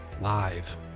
live